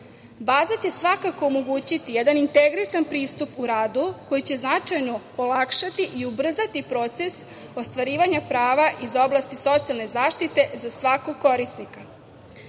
će svakako omogućiti jedan integrisan pristup u radu koji će značajno olakšati i ubrzati proces ostvarivanja prava iz oblasti socijalne zaštite za svakog korisnika. Kada